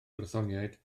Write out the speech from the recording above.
brythoniaid